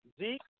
Zeke